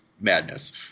madness